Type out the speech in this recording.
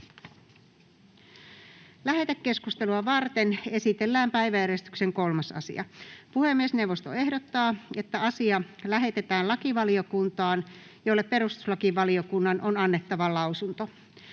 Lähetekeskustelua varten esitellään päiväjärjestyksen 3. asia. Puhemiesneuvosto ehdottaa, että asia lähetetään lakivaliokuntaan, jolle perustuslakivaliokunnan on annettava lausunto.